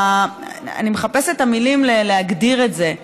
אני מחפשת את המילים להגדיר את זה.